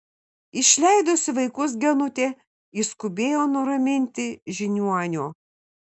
išleidusi vaikus genutė išskubėjo nuraminti žiniuonio